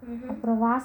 mmhmm